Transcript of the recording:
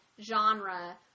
genre